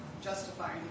justifying